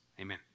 Amen